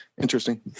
interesting